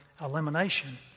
elimination